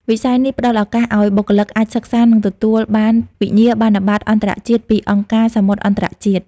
វិស័យនេះផ្តល់ឱកាសឱ្យបុគ្គលិកអាចសិក្សា និងទទួលបានវិញ្ញាបនបត្រអន្តរជាតិពីអង្គការសមុទ្រអន្តរជាតិ ។